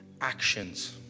actions